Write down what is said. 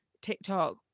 TikTok